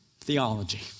theology